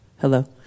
Hello